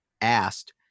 asked